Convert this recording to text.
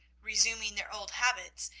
resuming their old habits,